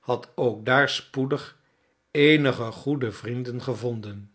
had ook daar spoedig eenige goede vrienden gevonden